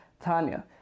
Tanya